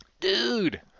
Dude